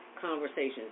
conversations